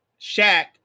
Shaq